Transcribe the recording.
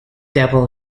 devil